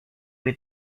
with